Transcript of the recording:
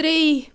ترٛے